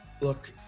Look